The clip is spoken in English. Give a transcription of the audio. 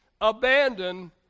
Abandon